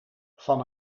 van